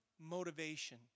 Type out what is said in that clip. motivation